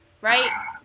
Right